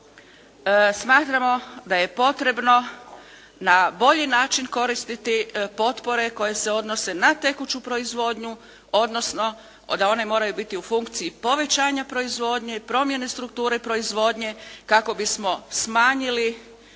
smatramo da je potrebno na bolji način koristiti potpore koje se odnose na tekuću proizvodnju odnosno da one moraju biti u funkciji povećanja proizvodnje i promjene strukture proizvodnje kako bismo smanjili deficit